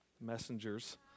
messengers